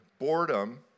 boredom